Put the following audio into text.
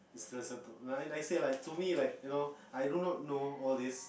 is closer to like like say like to me like you know I do not know all this